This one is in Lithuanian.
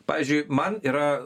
pavyzdžiui man yra